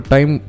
Time